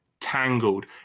Tangled